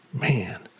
Man